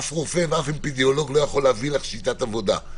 אף רופא ואף אפידמיולוג לא יכול להביא לך שיטת עבודה.